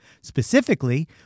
Specifically